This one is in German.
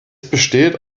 besteht